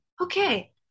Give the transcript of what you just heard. okay